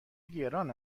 گران